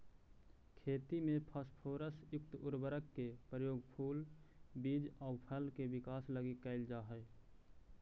खेती में फास्फोरस युक्त उर्वरक के प्रयोग फूल, बीज आउ फल के विकास लगी कैल जा हइ